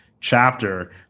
chapter